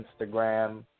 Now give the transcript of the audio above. Instagram